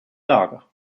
lager